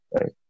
Right